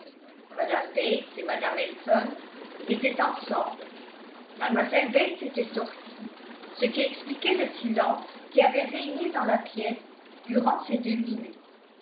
bates et mme elton étaient ensemble mlle bates était sortie ce qui expliquait le silence qui avait régné dans la pièce durant ces deux minutes